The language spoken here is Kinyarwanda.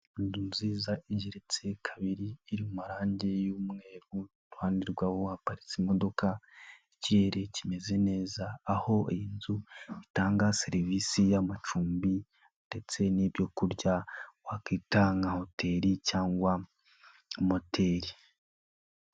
Inzu nziza igeretse kabiri iri mu marange y'umweru iruhande rwaho haparitse imodoka, ikirere kimeze neza aho inzu itanga serivisi y'amacumbi ndetse n'ibyorya wakwita nka hoteli cyangwa moteli.